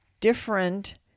different